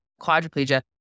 quadriplegia